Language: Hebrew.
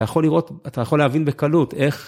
אתה יכול לראות, אתה יכול להבין בקלות איך...